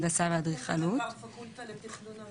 הנדסה ואדריכלות,";